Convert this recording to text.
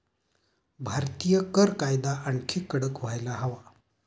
भारतीय कर कायदा आणखी कडक व्हायला हवा